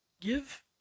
Give